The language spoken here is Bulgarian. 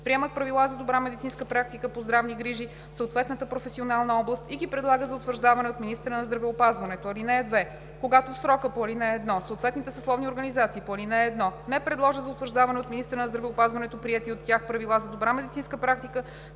приемат правила за добра медицинска практика по здравни грижи в съответната професионална област и ги предлагат за утвърждаване от министъра на здравеопазването. (2) Когато в срока по ал. 1 съответните съсловни организации по ал. 1 не предложат за утвърждаване от министъра на здравеопазването приети от тях правила за добра медицинска практика,